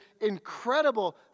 incredible